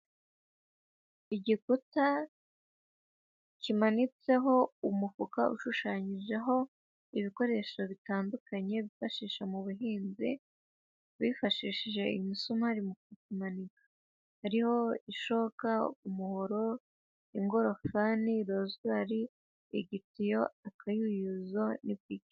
Igikuta kimanitseho umufuka ushushanyijeho ibikoresho bitandukanye byifashisha mu buhinzi, bifashishije imisumari mu kuwumanika, hariho ishoka, umuhoro, ingorofani, rozwari, igitiyo, akayuyuzo, n'ipiki.